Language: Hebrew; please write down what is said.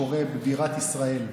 אני רוצה לקרוא לכם מה שקורה בבירת ישראל,